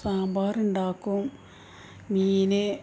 സാമ്പാർ ഉണ്ടാക്കും മീൻ